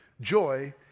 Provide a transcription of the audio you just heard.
Joy